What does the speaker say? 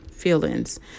feelings